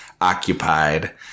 occupied